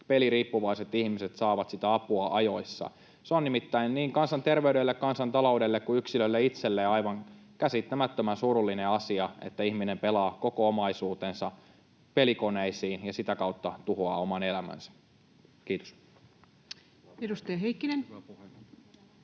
peliriippuvaiset ihmiset saavat apua ajoissa. Se on nimittäin niin kansanterveydelle, kansantaloudelle kuin yksilölle itselleen aivan käsittämättömän surullinen asia, että ihminen pelaa koko omaisuutensa pelikoneisiin ja sitä kautta tuhoaa oman elämänsä. — Kiitos. Edustaja Heikkinen. Arvoisa